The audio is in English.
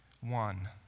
one